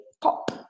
pop